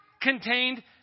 contained